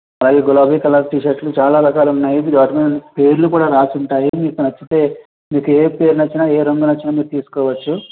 ఒకవేళ గులాబీ colour T షర్ట్లు చాలా రకాలున్నాయి వాటి మీద పేర్లు కూడా రాసుంటాయి మీకు నచ్చితే మీకు ఏ పేరు నచ్చిన ఏ రంగు నచ్చిన మీరు తీసుకోవచ్చు